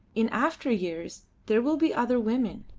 in after years there will be other women